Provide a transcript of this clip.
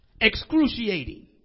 Excruciating